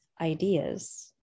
ideas